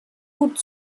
gut